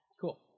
Cool